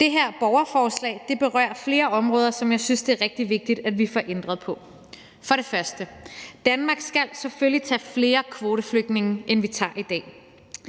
Det her borgerforslag berører flere områder, som jeg synes det er rigtig vigtigt at vi får ændret på. Først og fremmest: Danmark skal selvfølgelig tage flere kvoteflygtninge, end vi tager i dag.